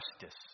justice